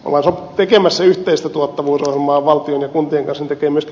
olla tekemässä yhteistä tuottavuusohjelmaa valtion ja kuntien kanssa tekemistä